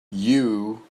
you